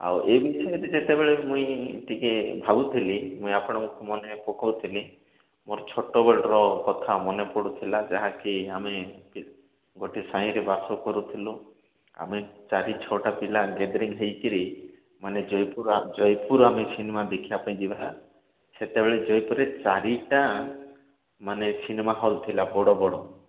ଆଉ ଏହି ବିଷୟରେ ଯେତେବେଳେ ମୁଇଁ ଟିକେ ଭାବୁଥିଲି ମୁଇଁ ଆପଣଙ୍କୁ ମନେ ପକାଉଥିଲି ମୋର ଛୋଟବେଳେର କଥା ମନେପଡ଼ୁଥିଲା ଯାହାକି ଆମେ ଗୋଟିଏ ସାହିରେ ବାସ କରୁଥିଲୁ ଆମେ ଚାରି ଛଅଟା ପିଲା ଗ୍ୟାଦରିଂ ହେଇକିରି ମାନେ ଜୟପୁର ଜୟପୁର ଆମେ ସିନେମା ଦେଖିବା ପାଇଁ ଯିବା ସେତେବେଳେ ଜୟପୁର୍ରେ ଚାରିଟା ମାନେ ସିନେମା ହଲ୍ ଥିଲା ବଡ଼ ବଡ଼